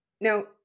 Now